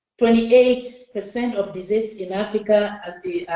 twenty eight percent of disease in africa are